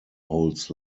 holds